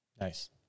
Nice